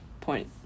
point